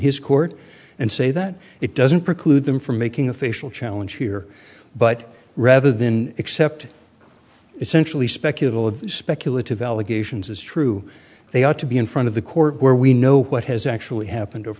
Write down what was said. his court and say that it doesn't preclude them from making a facial challenge here but rather than accept essentially speculative speculative allegations as true they ought to be in front of the court where we know what has actually